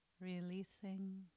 releasing